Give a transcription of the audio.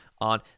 on